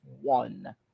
one